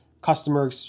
customer